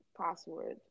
password